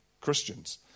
Christians